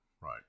right